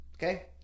Okay